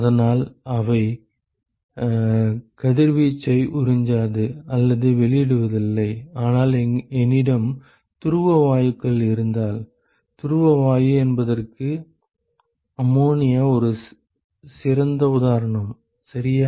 அதனால் அவை கதிர்வீச்சை உறிஞ்சாது அல்லது வெளியிடுவதில்லை ஆனால் என்னிடம் துருவ வாயுக்கள் இருந்தால் துருவ வாயு என்பதற்கு அம்மோனியா ஒரு சிறந்த உதாரணம் சரியா